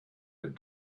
had